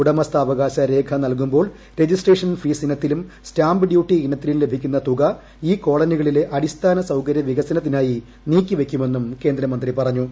ഉടമസ്ഥാവകാശ രേഖ നൽകുമ്പോൾ രജിസ്ട്രേഷൻ ഫീസിനത്തിലും സ്റ്റാമ്പ് ഡ്യൂട്ടി ഇനത്തിലും ലഭിക്കുന്ന തുക ഈ കോളനികളിലെ അടിസ്ഥാന സൌകര്യ വികസനത്തിനായി നീക്കിവയ്ക്കുമെന്നും കേന്ദ്രമന്ത്രി പറഞ്ഞു